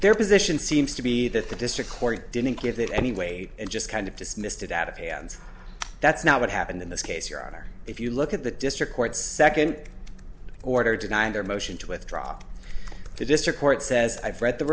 their position seems to be that the district court didn't get it anyway and just kind of dismissed it out of hand that's not what happened in this case your honor if you look at the district court second order denying their motion to withdraw to district court says i've read the